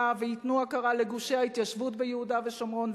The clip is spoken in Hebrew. וייתנו הכרה לגושי ההתיישבות ביהודה ושומרון,